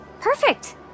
Perfect